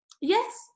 Yes